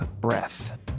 breath